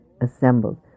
assembled